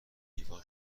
لیوان